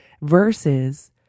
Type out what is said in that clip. versus